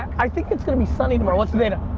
i think it's gonna be sunny tomorrow, what's the data?